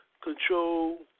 control